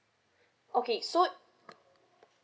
okay so